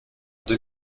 deux